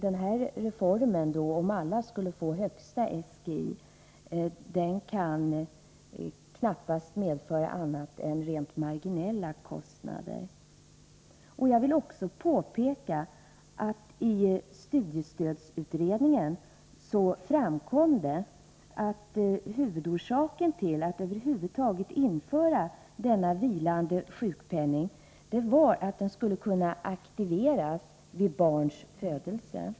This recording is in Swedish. En reform innebärande att alla skall få tillgodoräkna sig högsta SGI kan knappast medföra annat än rent marginella kostnader. Jag vill också påpeka att det i studiestödsutredningen framkom att huvudorsaken till att vilande sjukpenning över huvud taget infördes var att den skulle kunna aktiveras i samband med barns födelse.